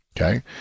okay